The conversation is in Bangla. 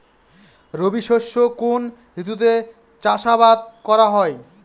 রবি শস্য কোন ঋতুতে চাষাবাদ করা হয়?